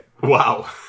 Wow